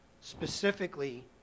specifically